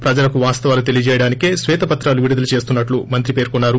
ప్రజలకు వాస్తవాలు తెలియజేయడానికే శ్వేతపత్రాలు విడుదల చేస్తున్సట్లు మంత్రి పేర్కొన్నారు